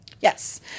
Yes